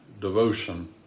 devotion